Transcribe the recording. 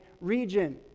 region